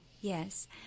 Yes